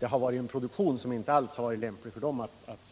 gällt en produktion som inte alls varit lämplig för Strands.